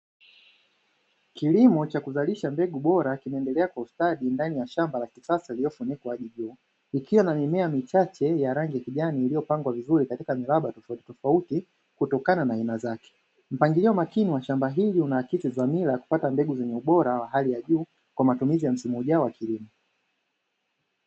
Kilimo cha kuzalisha mbegu bora kinaendelea kustadi ndani ya shamba la kisasa lililofunikwa hadi juu. Likiwa na mimea michache ya rangi ya kijani iliyopangwa vizuri katika miraba tofautitofauti kutokana na aina zake. Mpangilio makini wa shamba hili unaakisi dhamira ya kupata mbegu bora wa hali ya juu kwa matumizi ya msimu ujao wa kilimo.